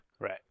Right